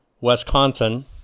Wisconsin